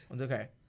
Okay